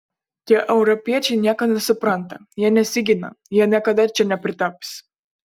tie europiečiai nieko nesupranta jie nesigina jie niekada čia nepritaps